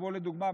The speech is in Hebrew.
לדוגמה,